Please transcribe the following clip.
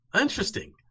interesting